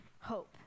hope